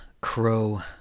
crow